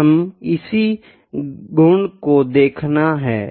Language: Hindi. हमे इसी गुण को देखना है